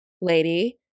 lady